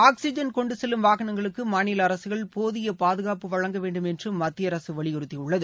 oxygen கொண்டு செல்லும் வாகனங்களுக்கு மாநில அரசுகள் போதிய பாதுகாப்பு வழங்க வேண்டும் என்று மத்திய அரசு வலியுறுத்தியுள்ளது